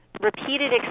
repeated